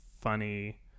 funny